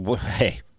hey